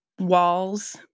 walls